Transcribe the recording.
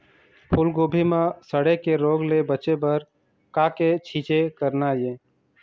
फूलगोभी म सड़े के रोग ले बचे बर का के छींचे करना ये?